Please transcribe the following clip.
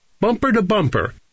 bumper-to-bumper